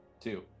two